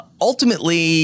Ultimately